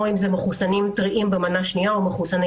או מחוסנים טריים במנה שנייה או מחוסני